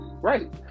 Right